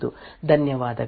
Thank you ಧನ್ಯವಾದಗಳು